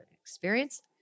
experience